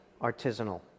artisanal